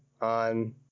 on